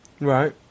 Right